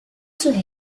sus